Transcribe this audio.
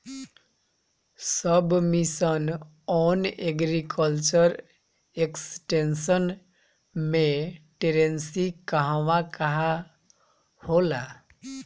सब mission on agriculture extension मै training कहवा कहा होला?